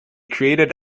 created